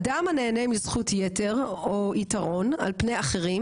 אדם הנהנה מזכויות יתר או יתרון על פני אחרים,